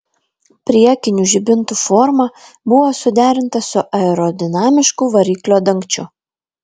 priekinių žibintų forma buvo suderinta su aerodinamišku variklio dangčiu